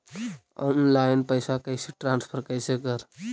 Online पैसा कैसे transfer कैसे कर?